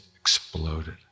exploded